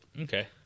Okay